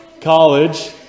college